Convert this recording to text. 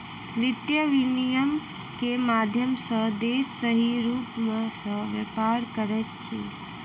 वित्तीय विनियम के माध्यम सॅ देश सही रूप सॅ व्यापार करैत अछि